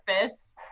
fist